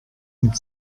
mit